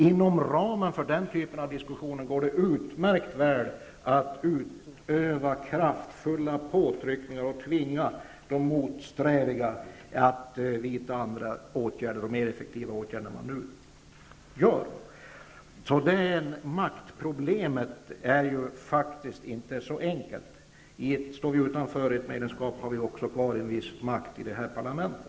Inom ramen för den typen av diskussioner går det utmärkt väl att utöva kraftfulla påtryckningar och tvinga de motsträviga att vidta andra och mer effektiva åtgärder än vad man nu gör. Det här maktproblemet är faktiskt inte så enkelt att lösa. Står vi utanför ett medlemskap, har vi också kvar en viss makt i vårt parlament.